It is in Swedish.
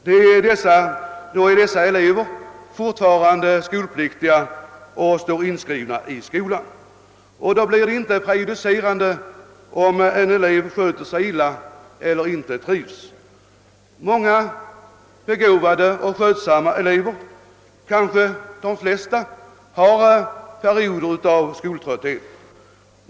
Då är dessa elever fortfarande skolpliktiga och står inskrivna i skolan, och då blir det inte prejudicerande om en elev sköter sig illa eller inte trivs. Många begåvade och skötsamma elever, kanske de flesta, har perioder av skoltrötthet.